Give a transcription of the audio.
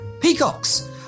peacocks